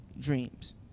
dreams